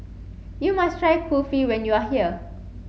you must try Kulfi when you are here